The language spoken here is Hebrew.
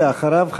ואחריו,